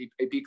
AP